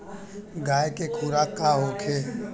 गाय के खुराक का होखे?